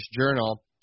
journal